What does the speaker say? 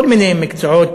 כל מיני מקצועות,